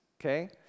Okay